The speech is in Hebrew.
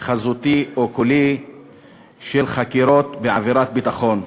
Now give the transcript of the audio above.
חזותי או קולי של חקירות בעבירת ביטחון.